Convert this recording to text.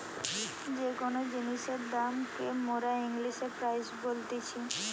যে কোন জিনিসের দাম কে মোরা ইংলিশে প্রাইস বলতিছি